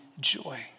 joy